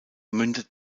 mündet